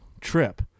trip